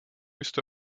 jste